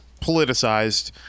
politicized